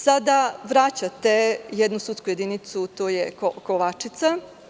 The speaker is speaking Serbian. Sada vraćate jednu sudsku jedinicu, to je Kovačica.